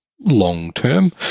long-term